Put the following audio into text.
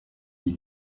des